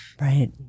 Right